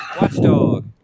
Watchdog